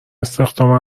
استخدام